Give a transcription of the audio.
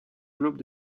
globe